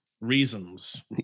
Reasons